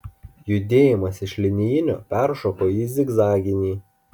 judėjimas iš linijinio peršoko į zigzaginį